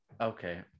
okay